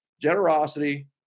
generosity